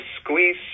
squeeze